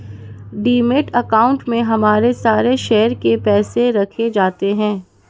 demat account में हमारे सारे शेयर के पैसे रखे जाते हैं